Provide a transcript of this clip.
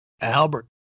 Albert